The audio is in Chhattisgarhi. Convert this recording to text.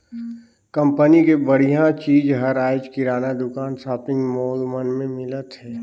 कंपनी के बड़िहा चीज हर आयज किराना दुकान, सॉपिंग मॉल मन में मिलत हे